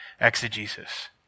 exegesis